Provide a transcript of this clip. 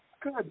Good